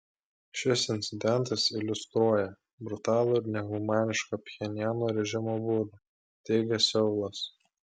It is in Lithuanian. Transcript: šis incidentas iliustruoja brutalų ir nehumanišką pchenjano režimo būdą teigia seulas